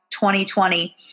2020—